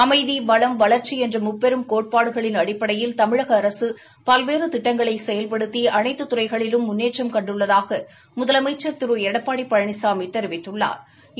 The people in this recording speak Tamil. அமைதி வளம் வளர்ச்சி என்ற முப்பெரும் கோட்பாடுகளின் அடிப்படையில் தமிழக அரசு பல்வேறு திட்டங்களை செயல்படுத்தி அனைத்து துறைகளிலும் முன்னேற்றம் கண்டுள்ளதாக முதலமைச்சா் திரு எடப்பாடி பழனிசாமி தெரிவித்துள்ளாா்